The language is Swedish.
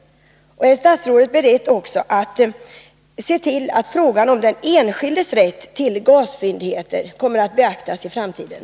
Är statsrådet beredd att se till att frågan om den enskildes rätt till gasfyndigheter kommer att beaktas i framtiden?